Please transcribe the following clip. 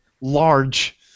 large